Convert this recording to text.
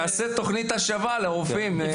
תעשה תוכנית השבה לרופאים.